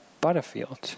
Butterfield